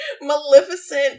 maleficent